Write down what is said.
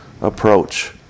approach